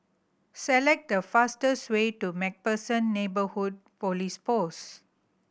select the fastest way to Macpherson Neighbourhood Police Post